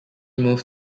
moved